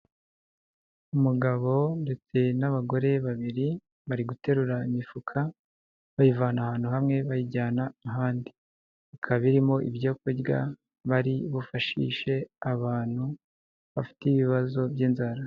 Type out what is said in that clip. Umugabo ndetse n'abagore babiri, bari guterura imifuka bayivana ahantu hamwe bayijyana ahandi. Hakaba harimo ibyo kurya bari bufashishe abantu bafite ibibazo by'inzara.